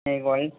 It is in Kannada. ಈಗ ಒಳ್ಳೆ